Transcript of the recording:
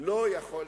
מה אני אגיד